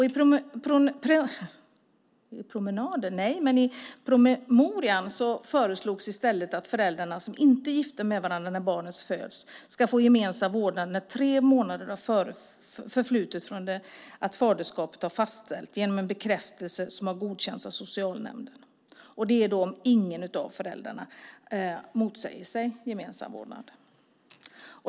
I promemorian föreslogs i stället att föräldrar som inte är gifta med varandra när barnet föds ska få gemensam vårdnad när tre månader har förflutit från det att faderskapet har fastställts genom en bekräftelse som har godkänts av en socialnämnd, om ingen av föräldrarna motsätter sig gemensam vårdnad.